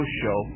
show